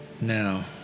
Now